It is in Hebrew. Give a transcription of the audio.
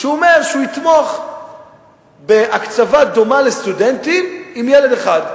הוא אומר שהוא יתמוך בהקצבה דומה לסטודנטים עם ילד אחד,